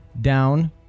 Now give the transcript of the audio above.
down